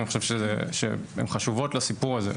אני חושב שהן חשובות לסיפור הזה.